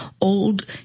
Old